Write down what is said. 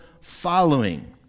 following